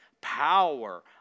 Power